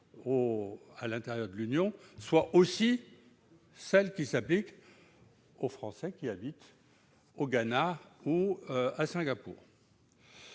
à l'intérieur de l'Union, soit également applicable aux Français qui habitent au Ghana ou à Singapour.